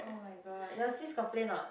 oh-my-god your sis got play a not